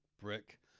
brick